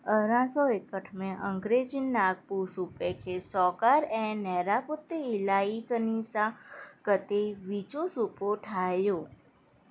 अरड़हां सौ एकहठि में अंग्रेज़नि नागपुर सूबे खे सागर ऐं नेरबुद्दा इलाइक़नि सां ॻंढ़े विचों सूबो ठाहियो